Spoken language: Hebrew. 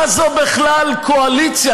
מה זו בכלל קואליציה?